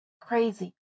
crazy